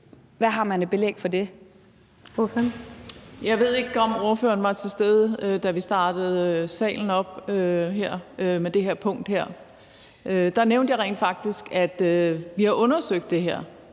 Klintskov Jerkel (KF): Jeg ved ikke, om ordføreren var til stede, da vi startede op i salen med det her punkt. Der nævnte jeg rent faktisk, at vi har undersøgt det her,